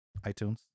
iTunes